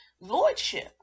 lordship